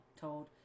told